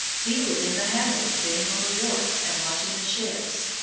he was in the habit of sitting on the wharves and watching the ships.